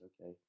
okay